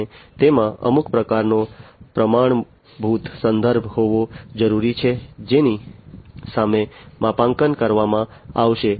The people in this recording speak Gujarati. અને તેમાં અમુક પ્રકારનો પ્રમાણભૂત સંદર્ભ હોવો જરૂરી છે જેની સામે માપાંકન કરવામાં આવશે